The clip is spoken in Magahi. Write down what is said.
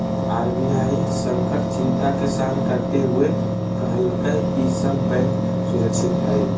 आर.बी.आई संकट चिंता के शांत करते हुए कहलकय कि सब बैंक सुरक्षित हइ